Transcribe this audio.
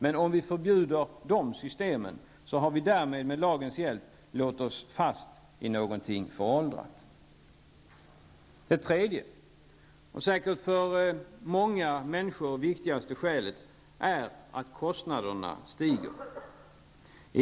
Men om vi förbjuder de systemen, har vi därmed med lagens hjälp låst oss fast i någonting föråldrat. Det tredje och säkert för många människor viktigaste skälet är att kostnaderna stiger.